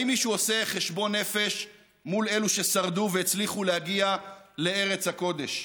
האם מישהו עושה חשבון נפש מול אלו ששרדו והצליחו להגיע לארץ הקודש?